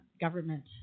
government